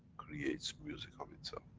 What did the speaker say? creates music of itself.